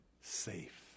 Safe